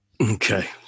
Okay